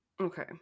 Okay